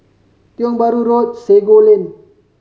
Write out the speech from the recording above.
Tiong Bahru Road Sago Lane